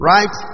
Right